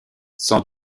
sans